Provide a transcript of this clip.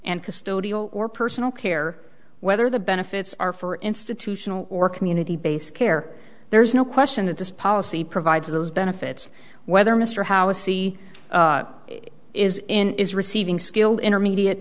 and custodial or personal care whether the benefits are for institutional or community based care there's no question that this policy provides those benefits whether mr howe a c is in is receiving skilled intermediate